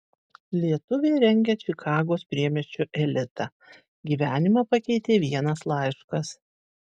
lietuvė rengia čikagos priemiesčio elitą gyvenimą pakeitė vienas laiškas